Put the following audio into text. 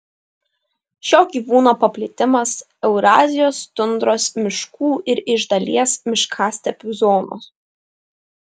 šio gyvūno paplitimas eurazijos tundros miškų ir iš dalies miškastepių zonos